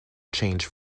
change